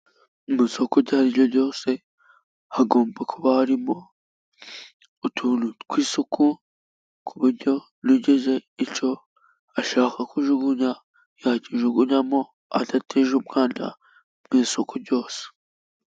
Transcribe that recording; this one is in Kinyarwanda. Mu isoko iryo ari ryo ryose hagomba kuba harimo utuntu tw'isuku ku buryo nugize icyo ashaka kujugunya ,yakijugunyamo adateje umwanda mu isoko ryose.